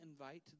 invite